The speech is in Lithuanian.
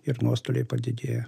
ir nuostoliai padidėja